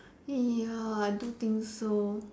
ya I do think so